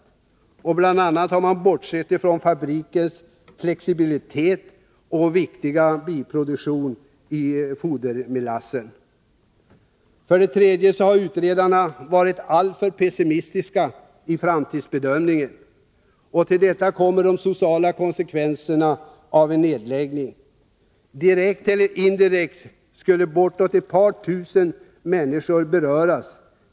Man har bl.a. bortsett från fabrikens flexibilitet och den viktiga biproduktionen av fodermelass. För det tredje har utredarna varit alltför pessimistiska i framtidsbedömningen. Till detta kommer de sociala konsekvenserna av en nedläggning. Direkt och indirekt skulle bortemot ett par tusen människor beröras.